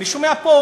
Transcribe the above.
אני שומע פה,